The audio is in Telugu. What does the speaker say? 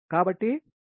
కాబట్టి2x 1